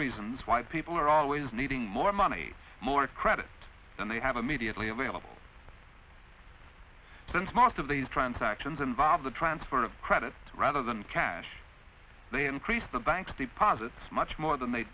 reasons why people are always needing more money more credit than they have immediately available since most of these transactions involve the transfer of credit rather than cash they increase the banks the as it's much more than